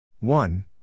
One